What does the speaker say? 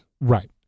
Right